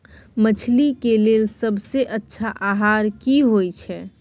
मछली के लेल सबसे अच्छा आहार की होय छै?